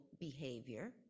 behavior